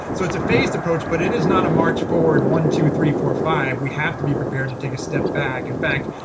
so it's a phased approach, but it is not a march forward one, two, three, four, five. we have to be prepared to take a step back. in fact,